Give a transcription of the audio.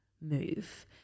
move